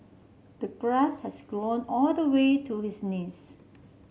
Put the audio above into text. the grass had grown all the way to his knees